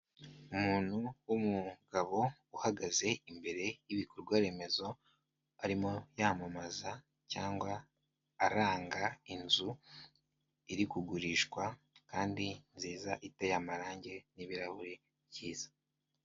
Umuntu w'umugabo uhagaze imbere y'ibikorwa remezo arimo yamamaza cyangwa aranga inzu iri kugurishwa, kandi nziza iteye amarange n'ibirahuri byiza.